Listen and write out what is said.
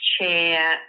chair